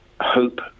hope